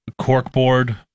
corkboard